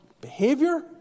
behavior